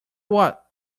what